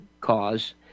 cause